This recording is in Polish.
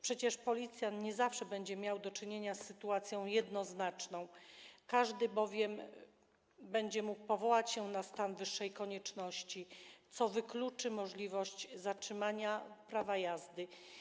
Przecież policjant nie zawsze będzie miał do czynienia z sytuacją jednoznaczną, każdy bowiem będzie mógł powołać się na stan wyższej konieczności, co wykluczy możliwość zatrzymania prawa jazdy.